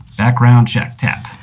background check, tap.